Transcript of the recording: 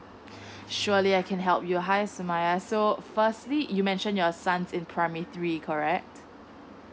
surely I can help you hi sumayya so firstly you mention your son's in primary three correct